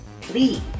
please